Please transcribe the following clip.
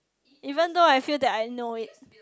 even know I feel that I know it